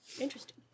interesting